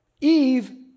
Eve